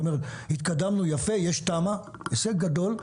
כלומר, התקדמנו יפה, יש תמ"א, הישג גדול,